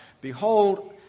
Behold